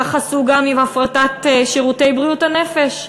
כך עשו גם עם הפרטת שירותי בריאות הנפש,